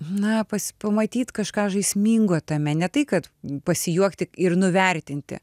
na pas pamatyt kažką žaismingo tame ne tai kad pasijuokti ir nuvertinti